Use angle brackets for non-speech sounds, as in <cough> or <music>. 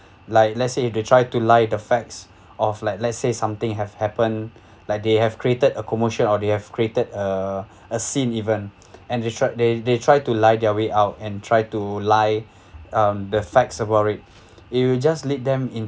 like let's say if they try to lie the facts of like let's say something have happen <breath> like they have created a commercial or they have created a <breath> a scene even <breath> and they tried they they try to lie their way out and try to lie <breath> um the facts about it <breath> it will just lead them in